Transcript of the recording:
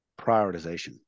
prioritization